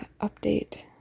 update